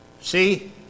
See